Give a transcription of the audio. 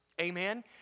Amen